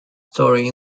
story